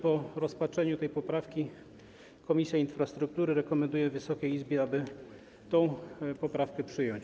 Po rozpatrzeniu tej poprawki Komisja Infrastruktury rekomenduje Wysokiej Izbie, aby tę poprawkę przyjąć.